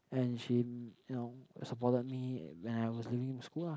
and she you know supported me when I was leaving school lah